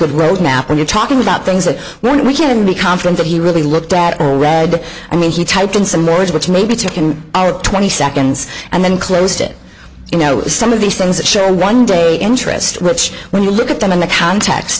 good roadmap when you're talking about things that when we can be confident that he really looked at all red i mean he typed in some words which may be taken out twenty seconds and then closed it you know some of these things that show a one day interest which when you look at them in the context